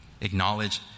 acknowledge